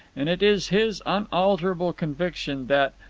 and it is his unalterable conviction that,